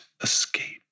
escape